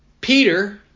Peter